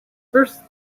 first